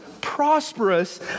prosperous